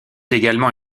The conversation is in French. également